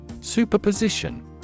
Superposition